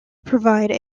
provided